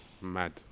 mad